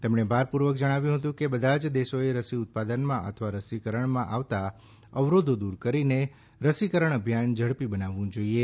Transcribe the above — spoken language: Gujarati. તેમણે ભારપૂર્વક જણાવ્યું હતું કે બધા જ દેશોએ રસી ઉત્પાદનમાં અથવા રસીકરણમાં આવતા અવરોધો દૂર કરીને રસીકરણ અભિયાન ઝડપી બનાવવું જોઈએ